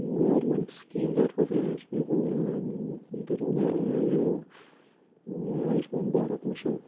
government scheme that facilitates people Ayushman Bharat mission